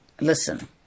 listen